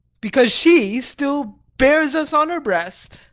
because she still bears us on her breast.